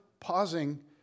pausing